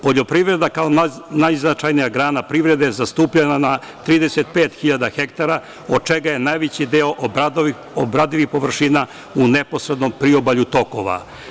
Poljoprivreda, kao najznačajnija grana privrede, zastupljena je na 35.000 hektara, od čega je najveći deo obradivih površina u neposrednom priobalju tokova.